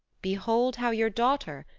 behold how your daughter,